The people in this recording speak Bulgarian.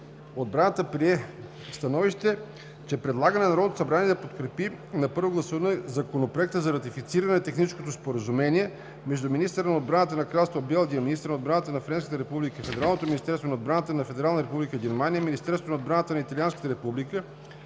отбрана прие следното становище: Предлага на Народното събрание да подкрепи на първо гласуване Законопроект за ратифициране на Техническо споразумение между министъра на отбраната на Кралство Белгия, министъра на отбраната на Френската република, Федералното министерство на отбраната на Федерална република Германия, Министерството на отбраната на Италианската република,